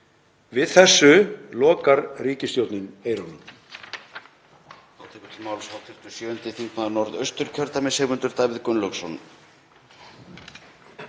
Við þessu lokar ríkisstjórnin eyrunum.